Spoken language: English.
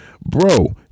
Bro